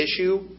issue